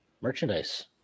merchandise